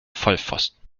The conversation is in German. vollpfosten